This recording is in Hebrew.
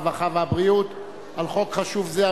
הרווחה והבריאות על חוק חשוב זה,